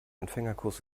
anfängerkurs